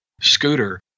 Scooter